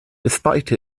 despite